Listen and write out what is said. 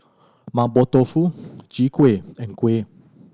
Mapo Tofu Chai Kueh and kuih